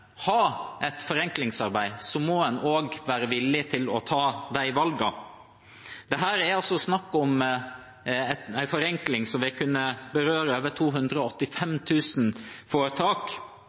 ha et forenklingsarbeid, må en også være villig til å ta de valgene. Dette er snakk om en forenkling som vil kunne berøre over 285 000 foretak.